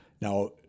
now